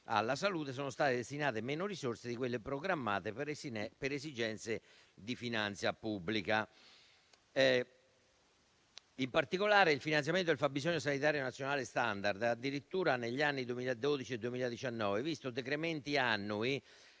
alla salute sono state destinate meno risorse di quelle programmate per esigenze di finanza pubblica; in particolare, il finanziamento del fabbisogno sanitario nazionale *standard* ha addirittura, negli anni dal 2012 al 2019, visto decrementi annui